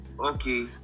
okay